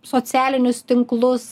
socialinius tinklus